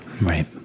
Right